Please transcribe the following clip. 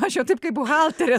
aš jau taip kaip buhalterė